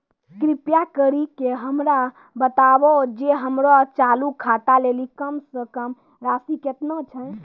कृपा करि के हमरा बताबो जे हमरो चालू खाता लेली कम से कम राशि केतना छै?